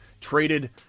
Traded